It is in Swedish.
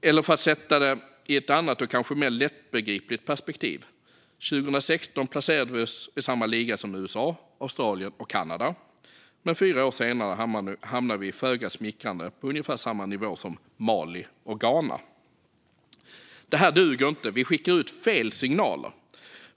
Jag kan sätta det i ett annat och kanske mer lättbegripligt sammanhang. År 2016 placerade vi oss i samma liga som USA, Australien och Kanada, men fyra år senare hamnade vi, föga smickrande, på ungefär samma nivå som Mali och Ghana. Det här duger inte. Vi skickar ut fel signaler.